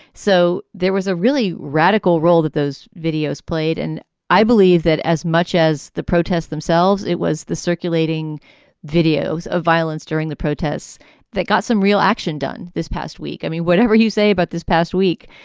so there was a really radical role that those videos played. and i believe that as much as the protests themselves, it was the circulating videos of violence during the protests that got some real action done this past week. i mean, whatever you say about this past week,